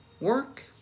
work